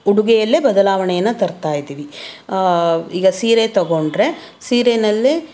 ಉಡುಗೆಯಲ್ಲೇ ಬದಲಾವಣೆಯನ್ನು ತರ್ತಾ ಇದ್ದೀವಿ ಈಗ ಸೀರೆ ತಗೊಂಡ್ರೆ ಸೀರೆನಲ್ಲೇ